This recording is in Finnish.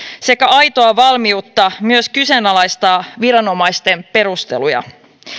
sekä aitoa valmiutta myös kyseenalaistaa viranomaisten perusteluja